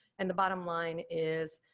and the bottom line is,